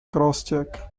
crosscheck